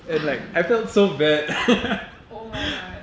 oh my god